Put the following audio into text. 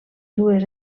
dues